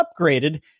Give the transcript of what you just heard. upgraded